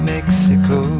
Mexico